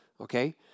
Okay